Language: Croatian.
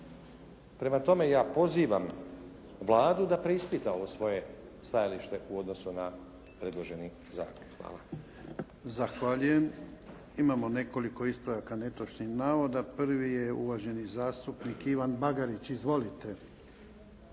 Prema tome, ja pozivam Vladu da preispita ovo svoje stajalište u odnosu na predloženi zakon. Hvala. **Jarnjak, Ivan (HDZ)** Zahvaljujem. Imamo nekoliko ispravaka netočnih navoda. Prvi je uvaženi zastupnik Ivan Bagarić. Izvolite.